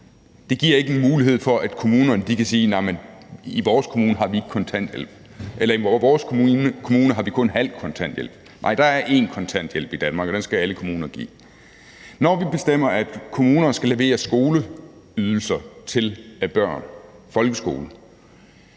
så giver det ikke en mulighed for, at kommunerne kan sige, at i vores kommune har vi ikke kontanthjælp, eller at i vores kommune har vi kun halv kontanthjælp. Nej, der er kun én kontanthjælp i Danmark, og den skal alle kommuner give. Når vi bestemmer, at kommunerne skal levere skoleydelser til børn i folkeskolen,